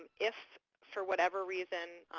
if, for whatever reason,